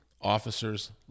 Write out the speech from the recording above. officers